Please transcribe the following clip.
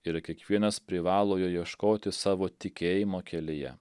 ir kiekvienas privalo jo ieškoti savo tikėjimo kelyje